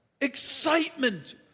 Excitement